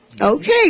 Okay